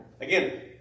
Again